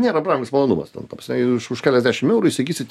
nėra brangus malonumas ten ta prasme jų už už keliasdešimt eurų įsigysit